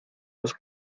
los